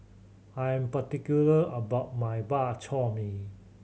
I am particular about my Bak Chor Mee